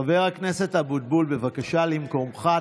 חבר הכנסת אבוטבול, בבקשה למקומך.